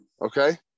Okay